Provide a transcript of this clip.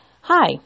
Hi